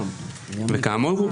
וכאמור,